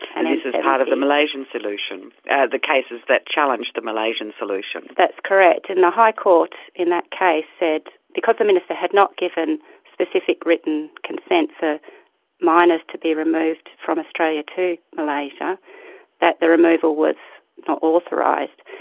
and this is part of the malaysian solution, the cases that challenged the malaysian solution? that's correct, and the high court in that case said, because the minister had not given specific written consent for minors to be removed from australia to malaysia that the removal was not authorised.